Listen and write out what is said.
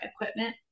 equipment